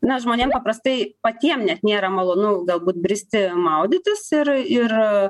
na žmonėm paprastai patiem net nėra malonu galbūt bristi maudytis ir ir